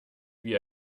wie